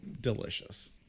delicious